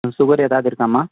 ம் சுகர் ஏதாவது இருக்காம்மா